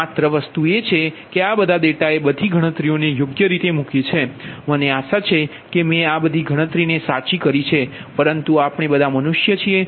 તેથી માત્ર વસ્તુ એ છે કે આ બધા ડેટાએ બધી ગણતરીઓને યોગ્ય રીતે મૂકી છે મને આશા છે કે મેં આ બધી ગણતરીને સાચી કરી છે પરંતુ આપણે બધા મનુષ્ય છીએ